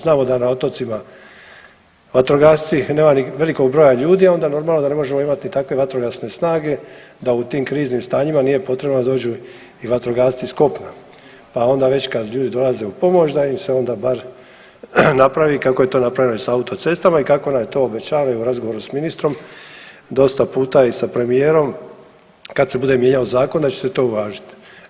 Znamo da na otocima vatrogasci nema ni velikog broja ljudi, a onda normalno da ne možemo imati takve vatrogasne snage da u tim kriznim stanjima nije potrebno da dođu i vatrogasci s kopna, pa onda već kad dolaze u pomoć da im se onda bar napravi kako je to napravljeno i sa autocestama i kako nam je to obećavano i u razgovoru s ministrom dosta puta i sa premijerom kada se bude mijenjao zakon da će se to uvažit.